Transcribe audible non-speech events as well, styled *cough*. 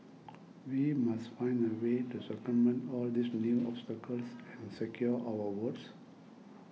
*noise* we must find a way to circumvent all these new obstacles and secure our votes